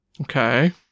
Okay